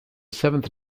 seventh